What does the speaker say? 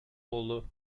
oldu